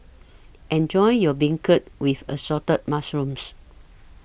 Enjoy your Beancurd with Assorted Mushrooms